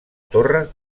torre